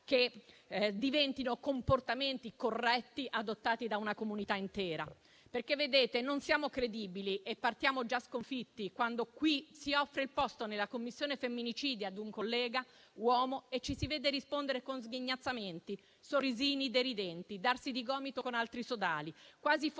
che diventino comportamenti corretti, adottati da una comunità intera? Non siamo credibili e partiamo già sconfitti quando qui si offre il posto nella Commissione femminicidio a un collega uomo e ci si vede rispondere con sghignazzamenti, sorrisini deridenti, darsi di gomito con altri sodali, quasi fosse